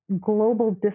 global